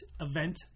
event